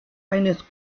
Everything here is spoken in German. eines